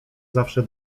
zawsze